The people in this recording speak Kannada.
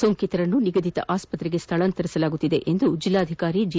ಸೋಂಕಿತರನ್ನು ನಿಗದಿತ ಆಸ್ವತ್ರೆಗೆ ಸ್ವಳಾಂತರಿಸಲಾಗುವುದು ಎಂದು ಜಿಲ್ಲಾಧಿಕಾರಿ ಜಿ